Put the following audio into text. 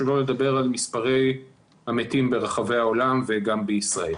שלא לדבר על מספרי המתים ברחבי העולם וגם בישראל.